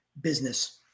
business